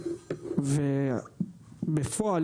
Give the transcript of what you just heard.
ובפועל,